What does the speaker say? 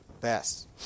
Best